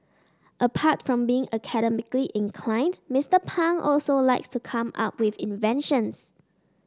apart from being academically inclined Mister Pang also likes to come up with inventions